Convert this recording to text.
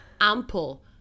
ample